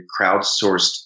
crowdsourced